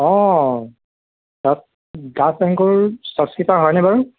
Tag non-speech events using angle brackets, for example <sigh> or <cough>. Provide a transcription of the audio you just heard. অঁ <unintelligible> বেংকৰ sub centre হয়নে বাৰু